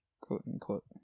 Quote-unquote